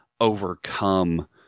overcome